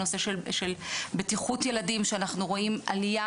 הנושא של בטיחות ילדים שאנחנו רואים עלייה